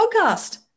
Podcast